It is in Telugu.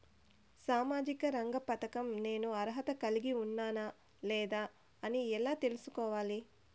సామాజిక రంగ పథకం నేను అర్హత కలిగి ఉన్నానా లేదా అని ఎలా తెల్సుకోవాలి?